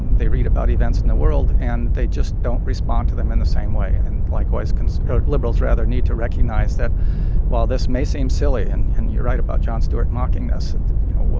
they read about events in the world, and they just don't respond to them in the same way and likewise con liberals, rather, need to recognize that while this may seem silly and and you're right about jon stewart mocking this you know,